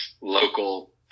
local